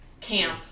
camp